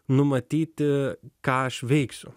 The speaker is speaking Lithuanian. numatyti ką aš veiksiu